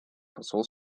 посол